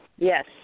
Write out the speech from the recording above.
yes